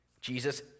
Jesus